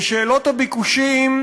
ושאלות הביקושים